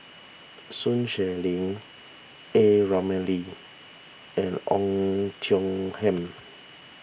Sun Xueling A Ramli and on Tiong Ham